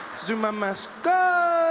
zuma must go!